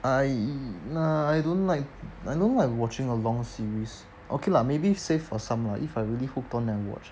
I nah I don't like I don't like watching a long series okay lah maybe save for some lah if I really hooked on then watch